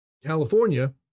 California